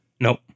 Nope